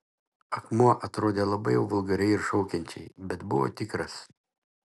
akmuo atrodė labai jau vulgariai ir iššaukiančiai bet buvo tikras